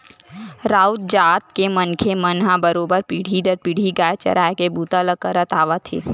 राउत जात के मनखे मन ह बरोबर पीढ़ी दर पीढ़ी गाय चराए के बूता ल करत आवत हे